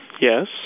Yes